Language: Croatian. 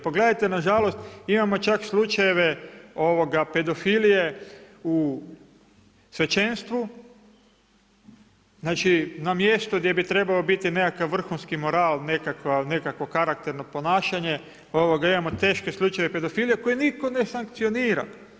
Pogledajte nažalost imamo čak slučajeve pedofilije u svećenstvu, na mjestu gdje bi trebao biti nekakav vrhunski moral, nekakvo karakterno ponašanje imamo teške slučajeve pedofilije koje nitko ne sankcionira.